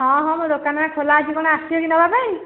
ହଁ ହଁ ମୋ ଦୋକାନରେ ଖୋଲା ଅଛି କ'ଣ ଆସିବେ କି ନବା ପାଇଁ